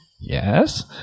yes